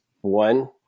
one